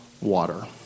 water